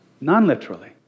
non-literally